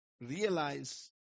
realize